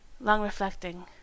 long-reflecting